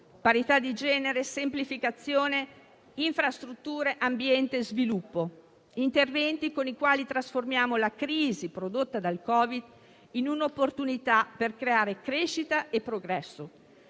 parità di genere, semplificazione, infrastrutture, ambiente, sviluppo. Sono interventi con i quali trasformiamo la crisi prodotta dal Covid in un'opportunità per creare crescita e progresso,